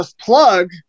plug